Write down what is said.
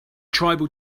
tribal